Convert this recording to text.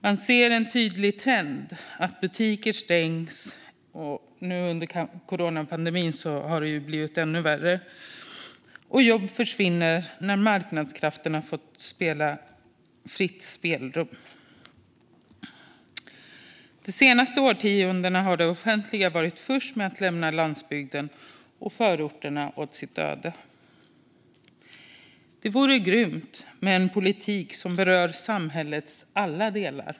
Man ser en tydlig trend att butiker stängs - under coronapandemin har det blivit ännu värre - och att jobb försvinner när marknadskrafterna får fritt spelrum. De senaste årtiondena har det offentliga varit först med att lämna landsbygden och förorterna åt sitt öde. Det vore grymt med en politik som berör samhällets alla delar.